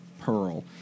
pearl